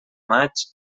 maig